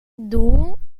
doel